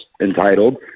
entitled